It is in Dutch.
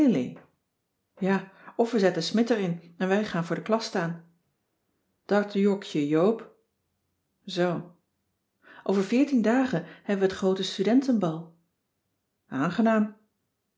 ja of we zetten smidt erin en wij gaan voor de klas staan dat jok je joop zoo over veertien dagen hebben we het groote studentenbal aangenaam